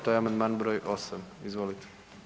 To je amandman br. 8. Izvolite.